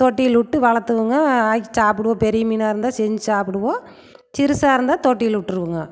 தொட்டியில் விட்டு வளர்த்துவங்க ஆக்கி சாப்பிடுவோம் பெரிய மீனாக இருந்தால் செஞ்சு சாப்பிடுவோம் சிறுசாக இருந்தால் தொட்டியில் விட்ருவோங்க